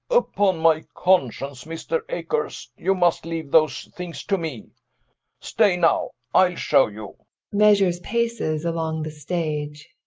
upon my conscience, mr. acres, you must leave those things to me stay now i'll show you measures paces along the stage.